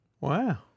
Wow